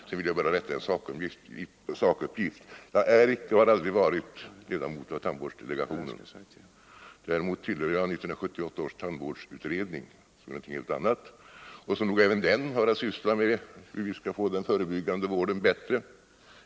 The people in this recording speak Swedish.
Sedan vill jag bara rätta en sakuppgift: Jag är icke och har aldrig varit ledamot av tandvårdsdelegationen. Däremot tillhör jag 1978 års tandvårdsutredning -— vilket är något helt annat — som även den har att syssla med hur vi skall få den förebyggande vården bättre.